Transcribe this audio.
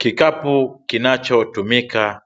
Kikapu kinachotumika